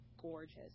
gorgeous